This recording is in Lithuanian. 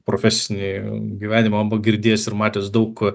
profesnį gyvenimą girdėjęs ir matęs daug